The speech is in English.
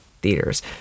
theaters